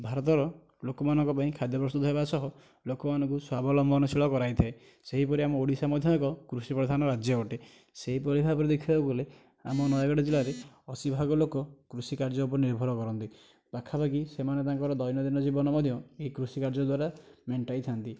ଭାରତର ଲୋକମାନଙ୍କ ପାଇଁ ଖାଦ୍ୟ ପ୍ରସ୍ତୁତ ହେବା ସହ ଲୋକମାନଙ୍କୁ ସ୍ୱାବଲମ୍ବନଶିଳ କରାଇଥାଏ ସେହି ପରି ଆମ ଓଡ଼ିଶା ମଧ୍ୟ ଏକ କୃଷି ପ୍ରଧାନ ରାଜ୍ୟ ଅଟେ ସେହିପରି ଭାବରେ ଦେଖିବାକୁ ଗଲେ ଆମ ନୟାଗଡ଼ ଜିଲ୍ଲାରେ ଅଶୀ ଭାଗ ଲୋକ କୃଷି କାର୍ଯ୍ୟ ଉପରେ ନିର୍ଭର କରନ୍ତି ପାଖାପାଖି ସେମାନେ ତାଙ୍କର ଦୈନନ୍ଦିନ ଜୀବନ ମଧ୍ୟ ଏହି କୃଷି କାର୍ଯ୍ୟ ଦ୍ୱାରା ମେଣ୍ଟାଇ ଥାଆନ୍ତି